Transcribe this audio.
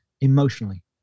emotionally